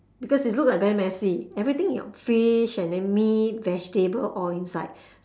because it look like very messy everything you got fish and then meat vegetable all inside